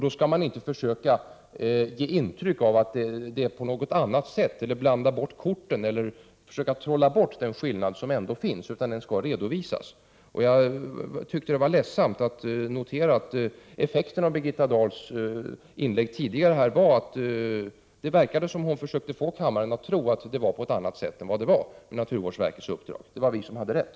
Då skall man inte försöka ge intryck av att det är på något annat sätt eller blanda bort korten eller försöka trolla bort den skillnad som ändå finns, utan den skall redovisas. Jag tyckte att det var ledsamt att notera att effekterna av Birgitta Dahls inlägg tidigare i dag var att det verkade som om hon försökte få kammaren att tro att det förhöll sig på ett annat sätt än det gjorde med naturvårdsverkets uppdrag. Det var vi som hade rätt.